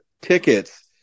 tickets